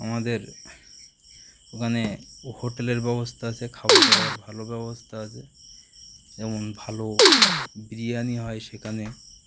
আমাদের ওখানে হোটেলের ব্যবস্থা আছে খাওয়াদাওয়ার ভালো ব্যবস্থা আছে যেমন ভালো বিরিয়ানি হয় সেখানে